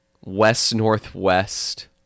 west-northwest